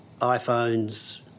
iPhones